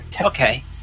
Okay